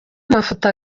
amafoto